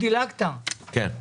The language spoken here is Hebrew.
כן.